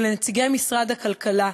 ולנציגי משרד הכלכלה,